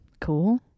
cool